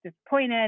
disappointed